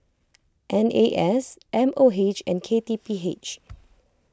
N A S M O H and K T P H